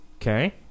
Okay